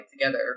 together